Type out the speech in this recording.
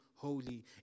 Holy